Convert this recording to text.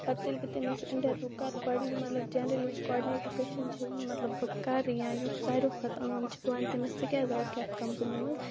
پَتہٕ ییٚلہِ بہٕ تٔمِس اِنٹرویو کرٕ گۄڈٕنیتھ مطلب جینرٔلی یُس کاڈنیٹر کوسچن چھِ بہٕ کرٕ یا یُس سٲروٕے کھۄتہٕ عام چھُ بہٕ وَنہٕ تٔمِس ژٕ کیازِ آوُکھ یَتھ کَمپٔنۍ منٛز